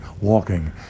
walking